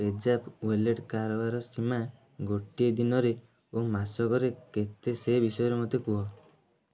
ପେଜାପ୍ wallet କାରବାର ସୀମା ଗୋଟିଏ ଦିନରେ ଓ ମାସକରେ କେତେ ସେ ବିଷୟରେ ମୋତେ କୁହ